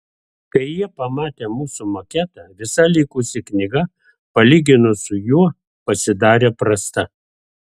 kai jie pamatė mūsų maketą visa likusi knyga palyginus su juo pasidarė prasta